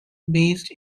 based